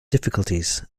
difficulties